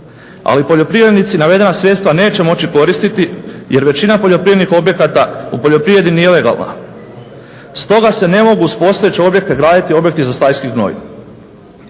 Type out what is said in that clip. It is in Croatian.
Ali poljoprivrednici navedena sredstva neće moći koristiti jer većina poljoprivrednih objekata u poljoprivredi nije legalna. Stoga se ne mogu uz postojeće objekte graditi objekti za stajski gnoj.